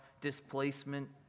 displacement